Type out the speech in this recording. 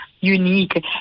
unique